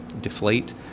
deflate